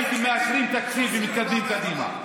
הייתם מאשרים תקציב ומתקדמים קדימה.